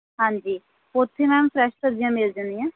ਹਾਂਜੀ ਉੱਥੇ ma'am fresh ਸਬਜ਼ੀਆਂ ਮਿਲ ਜਾਣੀਆਂ